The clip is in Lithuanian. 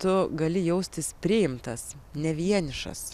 tu gali jaustis priimtas ne vienišas